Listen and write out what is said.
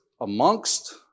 amongst